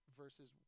versus